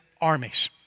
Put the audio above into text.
armies